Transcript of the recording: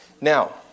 Now